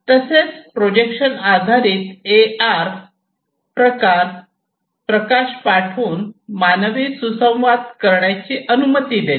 तसेच प्रोजेक्शन आधारित A R प्रकार प्रकाश पाठवून मानवी सुसंवाद करण्यास अनुमती देते